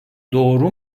doğru